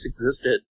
existed